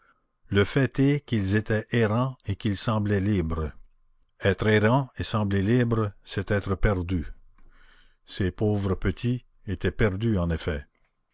le fait est qu'ils étaient errants et qu'ils semblaient libres être errant et sembler libre c'est être perdu ces pauvres petits étaient perdus en effet